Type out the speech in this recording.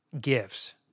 gifts